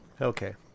Okay